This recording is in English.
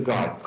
God